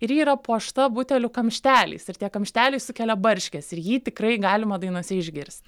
ir ji yra puošta butelių kamšteliais ir tie kamšteliai sukelia barškesį ir jį tikrai galima dainose išgirs